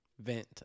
Vent